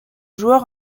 joueur